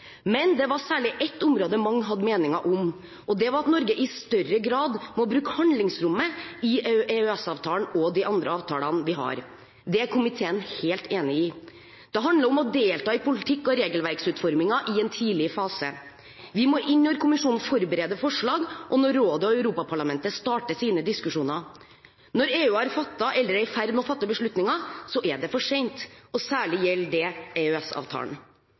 Det var særlig ett område mange hadde meninger om, og det var at Norge i større grad må bruke handlingsrommet i EØS-avtalen og de andre avtalene vi har. Det er komiteen helt enig i. Det handler om å delta i politikk- og regelverksutformingen i en tidlig fase. Vi må inn når kommisjonen forbereder forslag, og når rådet og Europaparlamentet starter sine diskusjoner. Når EU har fattet eller er i ferd med å fatte beslutninger, er det for sent, og særlig gjelder det